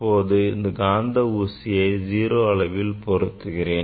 இப்போது காந்த ஊசியை 0 அளவில் பொருத்துகிறேன்